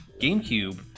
GameCube